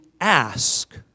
ask